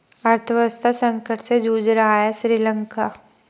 अर्थव्यवस्था संकट से जूझ रहा हैं श्रीलंका